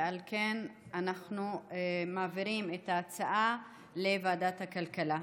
ועל כן אנחנו מעבירים את ההצעה לוועדת הכלכלה.